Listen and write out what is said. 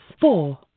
Four